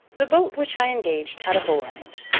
the boat which i engaged had a hole in it.